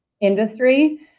industry